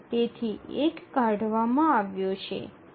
તેથી ૧ કાઢવામાં આવ્યો છે